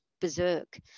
berserk